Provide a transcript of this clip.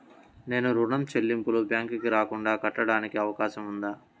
నేను ఋణం చెల్లింపులు బ్యాంకుకి రాకుండా కట్టడానికి అవకాశం ఉందా?